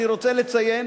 אני גם רוצה לציין,